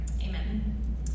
Amen